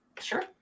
Sure